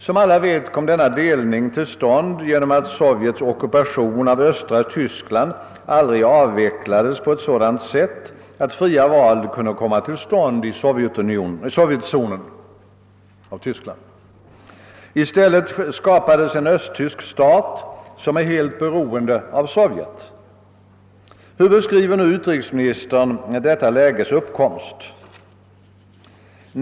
Som alla vet kom denna delning till stånd genom att Sovjets ockupation av östra Tyskland aldrig avvecklades på ett sådant sätt att fria val kunde hållas i Sovjetzonen av Tyskland. I stället skapades en ösitysk stat som är helt beroende av Sovjet. Hur beskriver nu utrikesministern detta läges uppkomst och fortbestånd?